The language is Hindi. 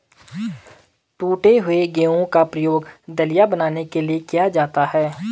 टूटे हुए गेहूं का प्रयोग दलिया बनाने के लिए किया जाता है